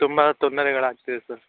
ತುಂಬಾ ತೊಂದರೆಗಳು ಆಗ್ತಿದೆ ಸರ್